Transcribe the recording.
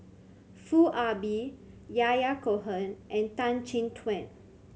Foo Ah Bee Yahya Cohen and Tan Chin Tuan